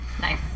Nice